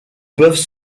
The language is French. peuvent